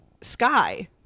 sky